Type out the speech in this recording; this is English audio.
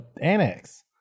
annex